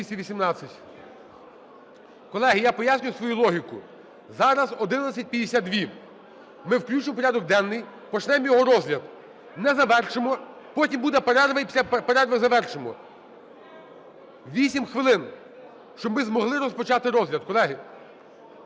Колеги, я поясню свою логіку. Зараз 11.52. Ми включимо у порядок денний, почнемо його розгляд, не завершимо – потім буде перерва, і після перерви завершимо. 8 хвилин, щоб ми змогли розпочати розгляд.